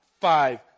five